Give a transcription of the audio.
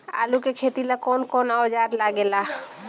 आलू के खेती ला कौन कौन औजार लागे ला?